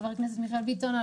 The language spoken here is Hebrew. חבר הכנסת מיכאל ביטון,